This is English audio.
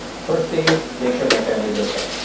first thing, make sure my family's okay.